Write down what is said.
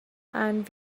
and